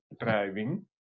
driving